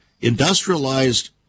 industrialized